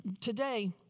Today